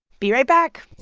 be right back